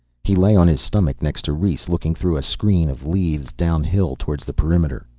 he lay on his stomach next to rhes, looking through a screen of leaves, downhill towards the perimeter.